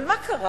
אבל מה קרה?